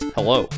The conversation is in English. Hello